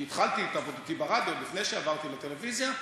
כי התחלתי את עבודתי ברדיו עוד לפני שעברתי לטלוויזיה,